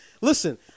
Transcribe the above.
Listen